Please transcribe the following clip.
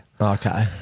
Okay